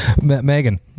megan